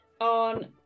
on